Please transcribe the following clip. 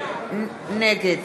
נגד